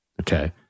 Okay